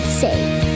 safe